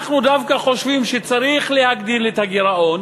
אנחנו דווקא חושבים שצריך להגדיל את הגירעון,